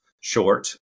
short